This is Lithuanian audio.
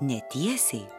ne tiesiai